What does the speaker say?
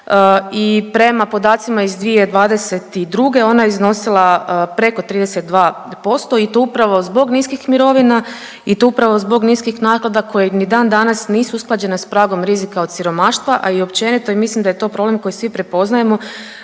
i prema podacima iz 2022. ona je iznosila preko 32% i to upravo zbog niskih mirovina i to upravo zbog niskih naknada koje ni dan danas nisu usklađene s pragom rizika od siromaštva, a i općenito i mislim da je to problem koji svi prepoznajemo,